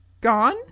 gone